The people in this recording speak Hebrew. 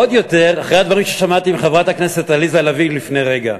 עוד יותר אחרי הדברים ששמעתי מחברת הכנסת עליזה לביא לפני רגע.